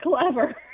clever